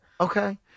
okay